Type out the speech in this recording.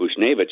Bushnevich